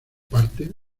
parte